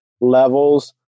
levels